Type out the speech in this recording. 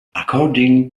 according